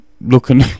looking